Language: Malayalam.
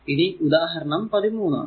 ഇനി ഉദാഹരണം 13 ആണ്